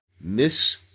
Miss